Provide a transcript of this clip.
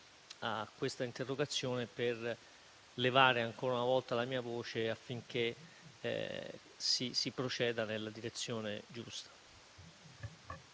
a questa interrogazione per levare ancora una volta la mia voce affinché si proceda nella direzione giusta.